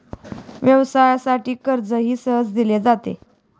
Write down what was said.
व्यवसायासाठी कर्जही सहज दिले जाते